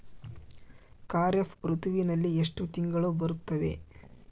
ಖಾರೇಫ್ ಋತುವಿನಲ್ಲಿ ಎಷ್ಟು ತಿಂಗಳು ಬರುತ್ತವೆ?